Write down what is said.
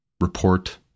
report